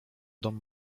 dom